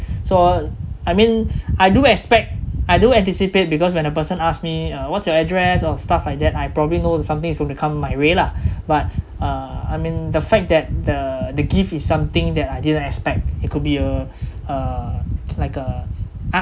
so I mean I do expect I do anticipate because when a person ask me uh what's your address or stuff like that I probably know that something's going to come my way lah but uh I mean the fact that the the gift is something that I didn't expect it could be a uh like a uh